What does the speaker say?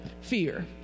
Fear